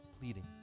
pleading